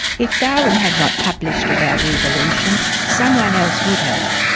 if darwin had not published about evolution someone else would have.